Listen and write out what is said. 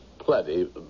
Plenty